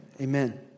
amen